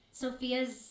Sophia's